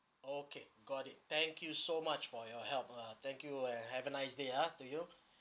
okay got it thank you so much for your help lah thank you and have a nice day ah to you